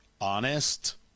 honest